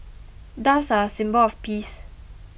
doves are a symbol of peace